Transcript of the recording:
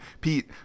pete